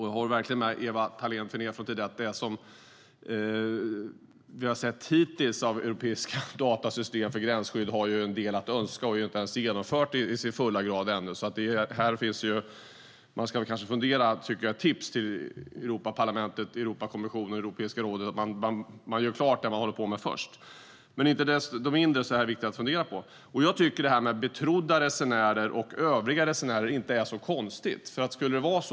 Jag håller verkligen med Ewa Thalén Finné om att det som vi har sett hittills av europeiska datasystem för gränsskydd har en del att önska och är inte ens genomförda i full skala ännu. Ett tips till Europaparlamentet, Europeiska kommissionen och Europeiska rådet är att man först ska göra klart det man håller på med. Inte desto mindre är detta viktigt att fundera på. Jag tycker att detta med betrodda resenärer och övriga resenärer inte är så konstigt.